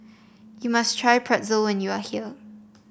you must try Pretzel when you are here